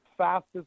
fastest